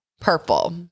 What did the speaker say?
Purple